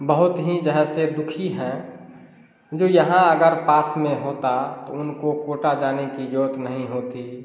बहुत ही जो है से दुखी हैं जो यहाँ अगर पास में होता तो उनको कोटा जाने की ज़रूरत नहीं होती